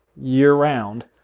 year-round